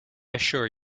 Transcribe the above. assure